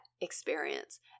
experience